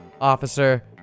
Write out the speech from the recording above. officer